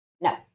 No